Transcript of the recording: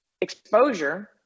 exposure